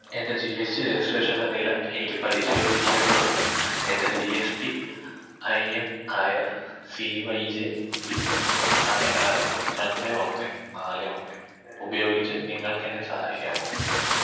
എൻ്റെ G S T രജിസ്ട്രേഷൻ്റെ നില എനിക്ക് പരിശോധിക്കേണ്ടതുണ്ട് എൻ്റെ G S T I N ആയ സി വൈ ജെ ഡി ആറ് ആറ് രണ്ട് ഒന്ന് നാല് ഒന്ന് ഉപയോഗിച്ച് നിങ്ങൾക്കെന്നെ സഹായിക്കാമോ